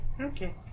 okay